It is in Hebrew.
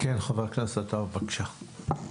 כן, חבר הכנסת, בבקשה.